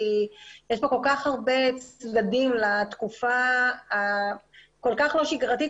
כי יש פה כל כך הרבה צדדים לתקופה הכול כך לא שגרתית